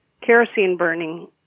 kerosene-burning